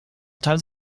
times